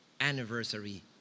anniversary